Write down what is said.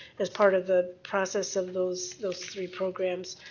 as part of the process of those those three programs.